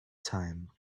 time